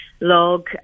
log